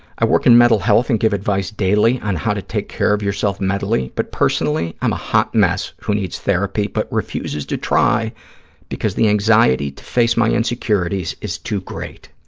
i work in mental health and give advice daily on how to take care of yourself mentally, but personally i'm a hot mess who needs therapy but refuses to try because the anxiety to face my insecurities is too great.